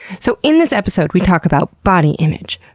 so in this episode we talk about body image,